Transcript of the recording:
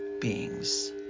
beings